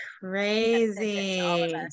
crazy